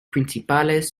principales